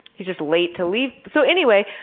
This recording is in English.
he's just late to leave. so anyway,